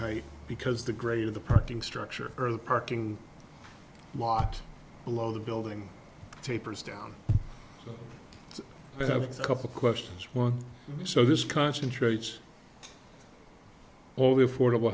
height because the grade of the parking structure or the parking lot below the building tapers down have a couple questions one so this concentrates all the affordable